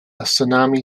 tsunami